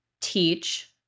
teach